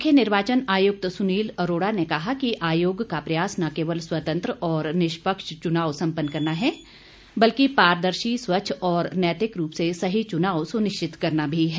मुख्य निर्वाचन आयुक्त सुनील अरोड़ा ने कहा कि आयोग का प्रयास न केवल स्वतंत्र और निष्पक्ष चुनाव सम्पन्न करना बल्कि पारदर्शी स्वच्छ और नैतिक रूप से सही चुनाव सुनिश्चित करना भी है